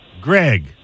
Greg